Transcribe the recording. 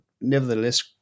nevertheless